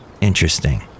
Interesting